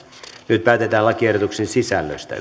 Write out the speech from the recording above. nyt päätetään lakiehdotuksen sisällöstä